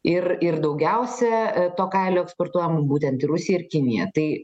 ir ir daugiausia to kalio eksportuojam būtent į rusiją ir kiniją tai